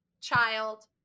child